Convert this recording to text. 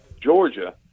Georgia